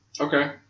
Okay